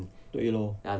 对咯